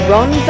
Ron